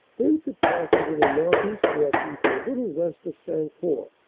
thence it passes in a northeast direction to a little vest of sancourt,